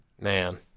Man